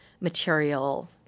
material